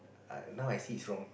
I now I see it's wrong